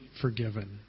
forgiven